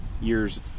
years